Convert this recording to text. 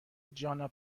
جانا